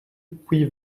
puis